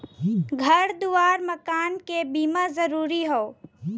घर दुआर मकान के बीमा जरूरी हौ